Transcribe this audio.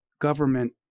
government